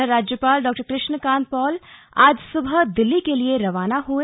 उधर राज्यपाल डॉ कृष्ण कान्त पॉल आज सुबह दिल्ली के लिए रवाना हुए